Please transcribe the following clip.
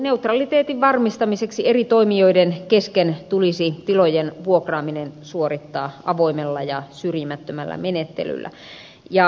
kilpailuneutraliteetin varmistamiseksi eri toimijoiden kesken tulisi tilojen vuokraaminen suorittaa avoimella ja syrjimättömällä menettelyllä